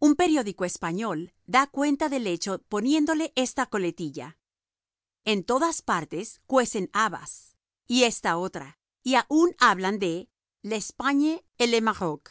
un periódico español da cuenta del hecho poniéndole esta coletilla en todas partes cuecen habas y esta otra y aún hablan de l'espagne et le maroc